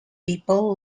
people